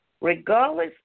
Regardless